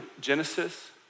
Genesis